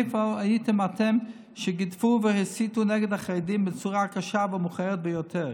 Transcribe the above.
איפה הייתם אתם כשגידפו והסיתו נגד החרדים בצורה קשה ומכוערת ביותר?